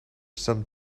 some